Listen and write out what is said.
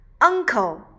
uncle